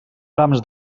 brams